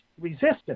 resistance